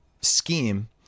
scheme